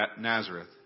Nazareth